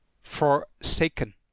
forsaken